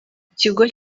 ikigo